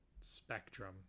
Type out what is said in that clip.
spectrum